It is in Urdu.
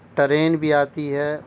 ٹرین بھی آتی ہے